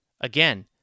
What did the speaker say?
Again